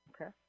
Okay